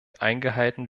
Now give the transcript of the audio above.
eingehalten